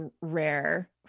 rare